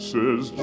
Says